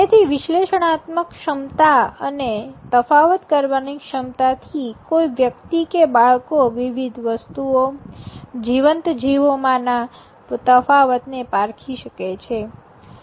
તેથી વિશ્લેષણાત્મક ક્ષમતા અને તફાવત કરવાની ક્ષમતા થી કોઈ વ્યક્તિ કે બાળકો વિવિધ વસ્તુઓ જીવંત જીવોમાંના તફાવતોને પારખી શકે છે